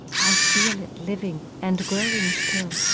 i feel it living and growing still,